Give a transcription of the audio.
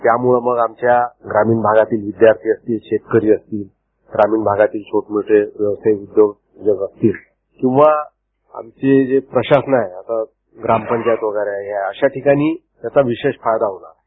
त्यामुळे आमच्या ग्रामीण भागातील विद्यार्थी असतील शेतकरी असतील ग्रामीण भागातील मोठे व्यवसाय उद्योग असतील किंवा आमचे जे प्रशासन आहे ग्रामपंचायत वगैरे अशा ठिकाणी याचा विशेष फायदा होणार आहे